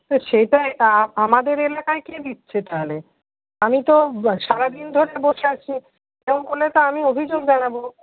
তো সেটাই তো আমাদের এলাকায় কে দিচ্ছে তাহলে আমি তো সারাদিন ধরে বসে আছি এরম করলে তো আমি অভিযোগ জানাবো